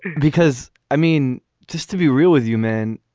because i mean just to be real with you man.